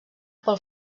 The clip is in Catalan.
pel